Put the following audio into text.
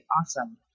awesome